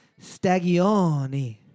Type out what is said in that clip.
Stagioni